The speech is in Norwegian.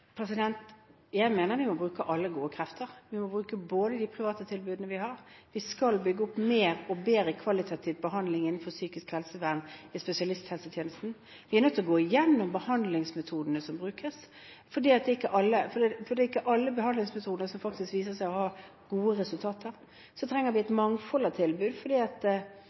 Jeg mener vi må bruke alle gode krefter. Vi må bruke de private tilbudene vi har, vi skal bygge opp mer og bedre kvalitativ behandling innenfor psykisk helsevern i spesialisthelsetjenesten. Vi er nødt til å gå gjennom behandlingsmetodene som brukes, for det er ikke alle behandlingsmetoder som faktisk viser seg å ha gode resultater. Så trenger vi et mangfold av tilbud, for ikke minst innenfor psykisk helsevern er det sånn at